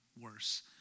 worse